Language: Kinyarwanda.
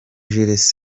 jules